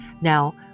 Now